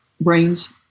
brains